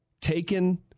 taken